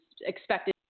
expected